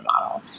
model